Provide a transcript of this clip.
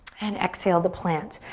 and exhale to plant.